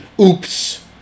Oops